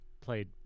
played